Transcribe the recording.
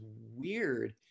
weird